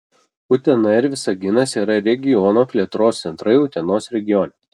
utena ir visaginas yra regiono plėtros centrai utenos regione